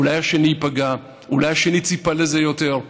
אולי השני ייפגע, אולי השני ציפה לזה יותר.